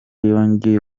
yongeye